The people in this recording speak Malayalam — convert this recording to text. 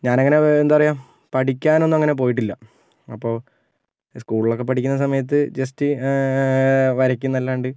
ഞാൻ അങ്ങനെ എന്താ പറയുക അങ്ങനെ പഠിക്കാൻ ഒന്നും പോയിട്ടില്ല അപ്പോൾ സ്കൂളിലൊക്കെ പഠിക്കുന്ന സമയത്ത് ജസ്റ്റ് വരയ്ക്കുന്നതല്ലാണ്ട്